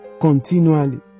continually